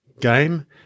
game